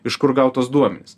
iš kur gaut tuos duomenis